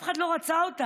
אף אחד לא רצה אותה,